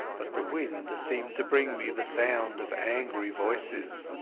but the wind seemed to bring me the sound of angry voices.